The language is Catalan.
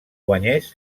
guanyés